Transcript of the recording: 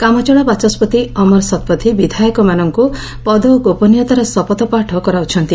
କାମଚଳା ବାଚସ୍ବତି ଅମର ଶତପଥୀ ବିଧାୟକମାନଙ୍ଙ୍ ପଦ ଓ ଗୋପନୀୟତାର ଶପଥପାଠ କରାଉଛନ୍ତି